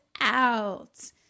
out